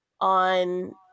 on